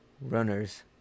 runners